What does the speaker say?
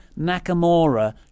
Nakamura